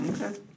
Okay